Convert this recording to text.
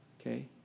Okay